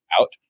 out